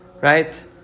Right